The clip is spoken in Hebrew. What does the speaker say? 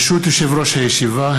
ברשות יושב-ראש הישיבה,